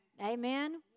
Amen